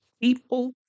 people